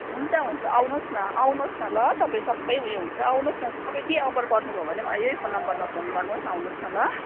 हुन्छ हुन्छ आउनुहोस् न आउनुहोस् न ल तपाईँ सबै उयो हुन्छ आउनुहोस् न तपाईँ केही अभर पर्नुभयो भने पनि यही फोन नम्बरमा फोन गर्नुहोस् आउनुहोस् न ल